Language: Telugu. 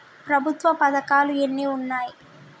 ప్రభుత్వ పథకాలు ఎన్ని ఉన్నాయి?